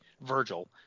Virgil